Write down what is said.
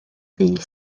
ddu